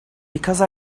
because